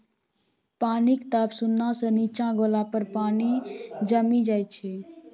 पानिक ताप शुन्ना सँ नीच्चाँ गेला पर पानि जमि जाइ छै